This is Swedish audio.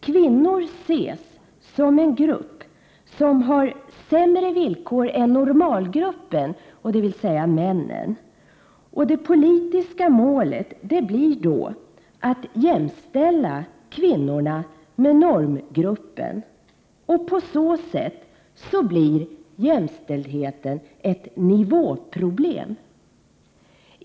Kvinnor ses som en grupp som har sämre villkor än normgruppen, dvs. männen, och det politiska målet blir att jämställa kvinnorna med normgruppen. På så sätt blir jämställdheten ett nivåproblem.